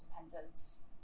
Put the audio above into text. independence